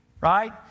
right